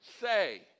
say